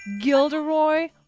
Gilderoy